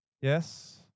Yes